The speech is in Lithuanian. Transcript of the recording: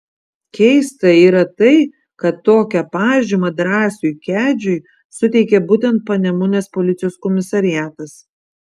keista yra tai kad tokią pažymą drąsiui kedžiui suteikė būtent panemunės policijos komisariatas